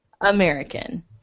American